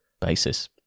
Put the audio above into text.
basis